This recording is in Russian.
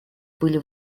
были